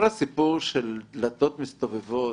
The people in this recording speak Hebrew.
כל הסיפור של דלתות מסתובבות,